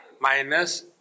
minus